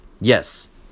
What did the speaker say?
yes